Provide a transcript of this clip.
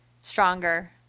stronger